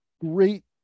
great